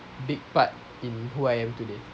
big part in who I am today